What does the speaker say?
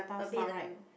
a bit lah